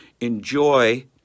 enjoy